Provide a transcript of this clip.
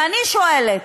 ואני שואלת,